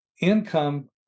income